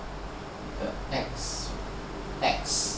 the axe axe